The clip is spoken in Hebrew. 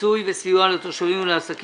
על סדר היום פיצוי וסיוע לתושבים ולעסקים